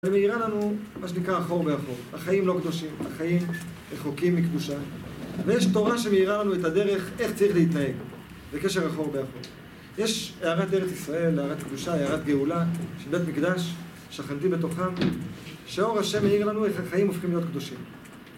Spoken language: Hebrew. ומאירה לנו מה שנקרא אחור באחור החיים לא קדושים, החיים רחוקים מקדושה ויש תורה שמאירה לנו את הדרך, איך צריך להתנהג בקשר אחור באחור. יש הארת ארץ ישראל, הארת קדושה, הארת גאולה של בית מקדש, שכנתי בתוכם שהאור השם מעיר לנו איך החיים הופכים להיות קדושים